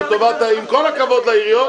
תאפשר --- עם כל הכבוד לעיריות,